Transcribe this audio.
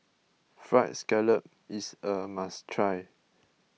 Fried Scallop is a must try